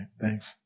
thanks